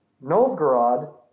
Novgorod